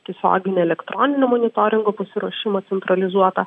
tiesioginį elektroninio monitoringo pasiruošimą centralizuotą